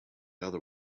other